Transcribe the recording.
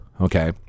okay